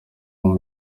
ntaba